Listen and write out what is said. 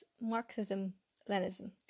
Marxism-Leninism